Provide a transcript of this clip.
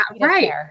right